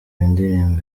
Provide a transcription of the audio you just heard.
indirimbo